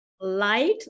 Light